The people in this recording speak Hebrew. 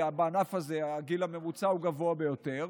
בענף הזה הגיל הממוצע הוא גבוה ביותר,